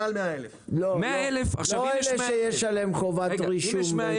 מעל 100,000. לא אלה שיש עליהם חובת רישום ופיקוח.